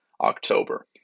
October